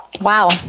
Wow